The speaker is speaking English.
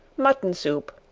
mutton soup,